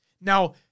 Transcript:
Now